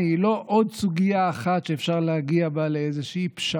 היא לא עוד סוגיה אחת שאפשר להגיע בה לפשרה,